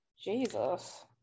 Jesus